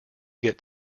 get